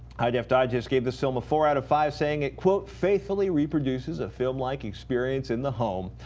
hi-def digest gave this film a four out of five, saying, quote, faithfully reproduces a film like experience in the home,